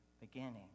beginning